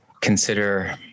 consider